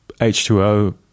h2o